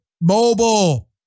Mobile